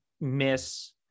miss